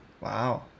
Wow